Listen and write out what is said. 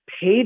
paid